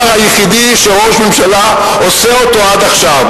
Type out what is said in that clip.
היחידי שראש הממשלה עושה עד עכשיו,